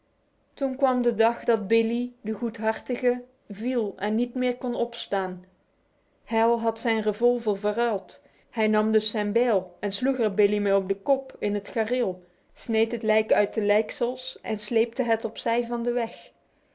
toen kwam de dag dat billee de goedhartige viel en niet meer kon opstaan hal had zijn revolver verruild hij nam dus zijn bijl en sloeg er billee mee op de kop in het gareel sneed het lijk uit de leidsels en sleepte het op zij van de weg